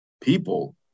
People